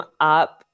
up